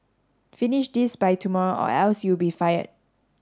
finish this by tomorrow or else you'll be fired